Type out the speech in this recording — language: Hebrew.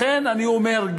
לכן אני אומר,